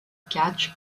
catch